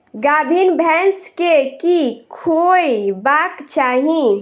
गाभीन भैंस केँ की खुएबाक चाहि?